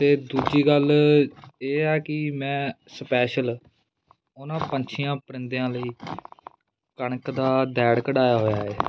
ਅਤੇ ਦੂਜੀ ਗੱਲ ਇਹ ਆ ਕਿ ਮੈਂ ਸਪੈਸ਼ਲ ਉਹਨਾਂ ਪੰਛੀਆਂ ਪਰਿੰਦਿਆਂ ਲਈ ਕਣਕ ਦਾ ਦੈੜ ਕਢਾਇਆ ਹੋਇਆ ਹੈ